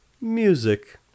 Music